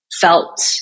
felt